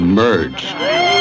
merge